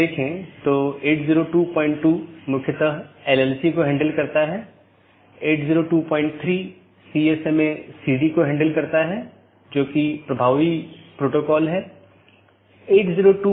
दो जोड़े के बीच टीसीपी सत्र की स्थापना करते समय BGP सत्र की स्थापना से पहले डिवाइस पुष्टि करता है कि BGP डिवाइस रूटिंग की जानकारी प्रत्येक सहकर्मी में उपलब्ध है या नहीं